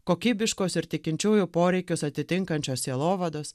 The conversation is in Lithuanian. kokybiškos ir tikinčiųjų poreikius atitinkančios sielovados